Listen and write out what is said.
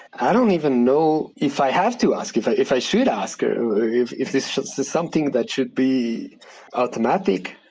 i don't even know if i have to ask if if i should ask ah if if this is so something that should be automatic.